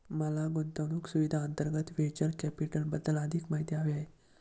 मला गुंतवणूक सुविधांअंतर्गत व्हेंचर कॅपिटलबद्दल अधिक माहिती हवी आहे